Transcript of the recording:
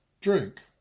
Drink